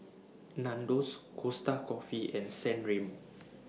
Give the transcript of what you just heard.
Nandos Costa Coffee and San Remo